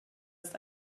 ist